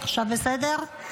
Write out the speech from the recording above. עכשיו בסדר?